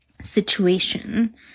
situation